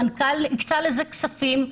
המנכ"ל הקצה לזה כספים,